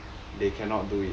they cannot do it